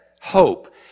hope